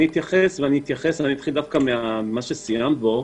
אני אתייחס, ואתחיל דווקא במה שסיימת בו שזה,